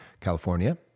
California